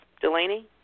Delaney